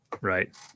Right